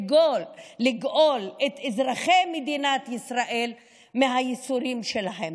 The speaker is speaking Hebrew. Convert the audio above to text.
לגאול את אזרחי מדינת ישראל מהייסורים שלהם.